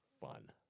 fun